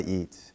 eat